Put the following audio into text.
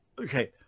okay